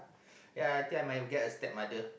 ya I think I might get a stepmother